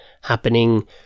happening